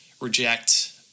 reject